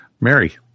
Mary